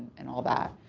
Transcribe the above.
and all that.